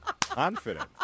Confident